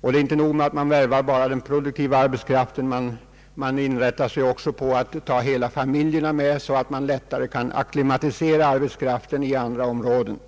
Och inte nog med att man värvar den produktiva arbetskraften, man inriktar sig också på att ta med hela de unga familjerna så att arbetskraften lättare skall acklimatisera sig i de nya områdena.